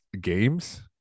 games